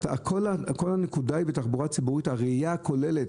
כל הנקודה בתחבורה ציבורית היא הראייה הכוללת,